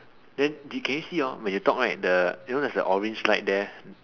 then did can you see or not when you talk right the you know there is an orange light there